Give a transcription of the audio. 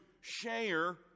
share